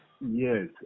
Yes